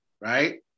right